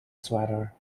swatter